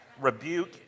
rebuke